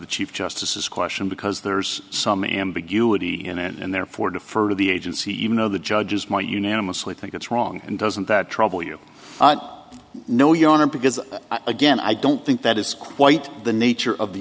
the chief justices question because there's some ambiguity in and therefore defer to the agency even though the judges might unanimously think it's wrong and doesn't that trouble you know your honor because again i don't think that is quite the nature of the